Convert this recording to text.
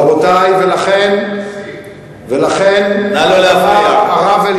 רבותי, ולכן, נא לא להפריע.